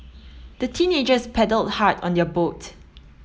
the teenagers paddled hard on their boat